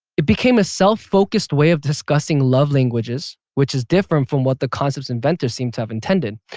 it became a self focused way of discussing love languages which is different from what the concepts inventors seemed to have intended.